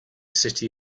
city